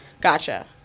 Gotcha